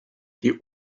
die